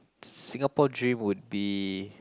Singapore dream would be